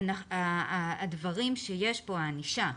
הדברים שיש כאן, הענישה,